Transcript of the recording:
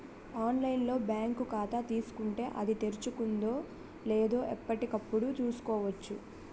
online లో bank ఖాతా తీసుకుంటే, అది తెరుచుకుందో లేదో ఎప్పటికప్పుడు చూసుకోవచ్చు